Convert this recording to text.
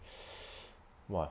!wah!